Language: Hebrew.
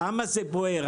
למה זה בוער?